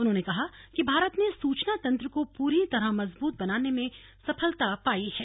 उन्होंने कहा कि भारत ने सूचना तंत्र को पूरी तरह मजबूत बनाने में सफलता पाई है